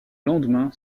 lendemain